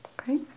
okay